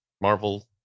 Marvel